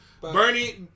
Bernie